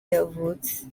yavutse